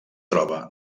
troba